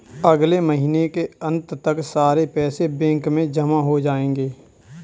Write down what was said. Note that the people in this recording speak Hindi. अगले महीने के अंत तक सारे पैसे बैंक में जमा हो जायेंगे